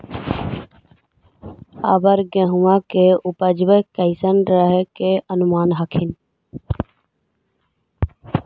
अबर गेहुमा के उपजबा कैसन रहे के अनुमान हखिन?